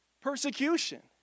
persecution